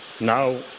now